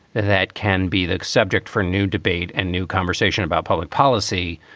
that can be the subject for new debate and new conversation about public policy.